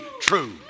true